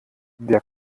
der